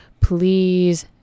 please